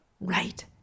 right